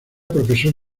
profesor